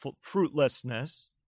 fruitlessness